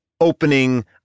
opening